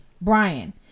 Brian